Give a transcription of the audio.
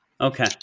Okay